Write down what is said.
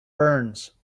burns